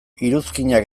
iruzkinak